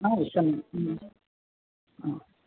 आवश्यम्